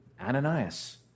Ananias